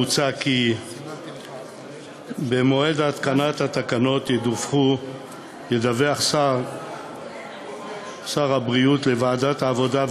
מוצע כי במועד התקנת התקנות ידווח שר הבריאות לוועדת העבודה,